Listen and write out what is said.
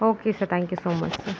okay sir thank you so much sir